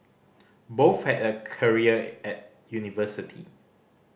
both had a career at university